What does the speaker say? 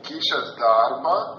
keičias darbą